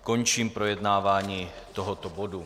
Končím projednávání tohoto bodu.